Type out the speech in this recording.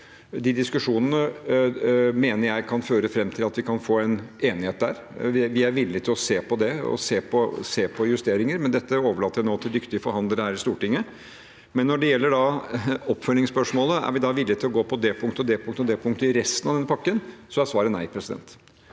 diskusjonene mener jeg kan føre fram til at vi kan få en enighet der. Vi er villig til å se på det, se på justeringer, men dette overlater jeg nå til dyktige forhandlere her i Stortinget. Når det gjelder oppfølgingsspørsmålet om vi da er villige til å gå på det og det punktet i resten av den pakken, er svaret nei. Vi